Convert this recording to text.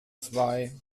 zwei